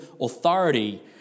authority